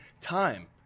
time